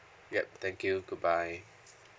yup thank you goodbye